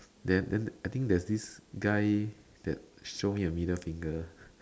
then then I think there's this guy that show me a middle finger